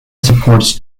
supports